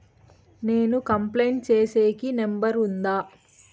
నేను కంప్లైంట్ సేసేకి నెంబర్ ఉందా?